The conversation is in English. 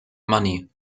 money